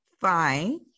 Fine